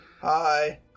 Hi